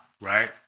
right